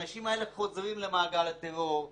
אנשים האלה חוזרים למעגל הטרור.